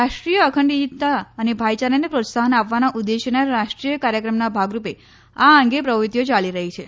રાષ્ટ્રીય અખંડિતતા અને ભાઇયારાને પ્રોત્સાહન આપવાના ઉદ્દેશ્યના રાષ્ટ્રીય કાર્યક્રમના ભાગરૂપે આ અંગે પ્રવૃત્તિઓ યાલી રહી છે